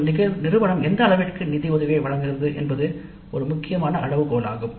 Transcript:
மற்றும் நிறுவனம் எந்த அளவிற்கு நிதி உதவியை வழங்குகிறது என்பதும் ஒரு முக்கியமான அளவுகோலாகும்